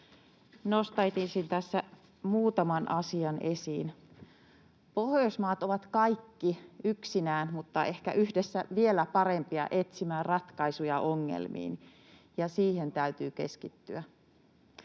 nostaisin siitä tässä muutaman asian esiin. Pohjoismaat ovat kaikki yksinään hyviä mutta ehkä yhdessä vielä parempia etsimään ratkaisuja ongelmiin, ja siihen täytyy keskittyä.